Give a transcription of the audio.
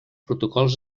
protocols